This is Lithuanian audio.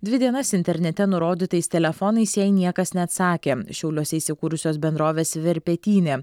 dvi dienas internete nurodytais telefonais jai niekas neatsakė šiauliuose įsikūrusios bendrovės verpetynė